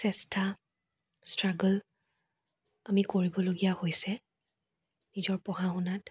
চেষ্টা ষ্ট্ৰাগল আমি কৰিবলগীয়া হৈছে নিজৰ পঢ়া শুনাত